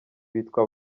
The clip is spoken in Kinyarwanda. bitwa